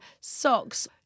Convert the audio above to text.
socks